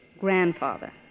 Grandfather